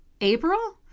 April